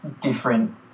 different